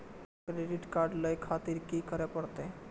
Credit card ले खातिर की करें परतें?